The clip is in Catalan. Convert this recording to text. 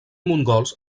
mongols